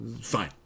Fine